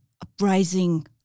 uprising